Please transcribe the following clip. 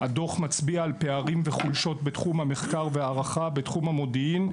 הדוח מצביע גם על פערים וחולשות בתחום המחקר וההערכה בתחום המודיעין.